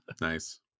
Nice